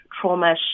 trauma